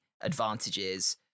advantages